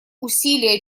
усилия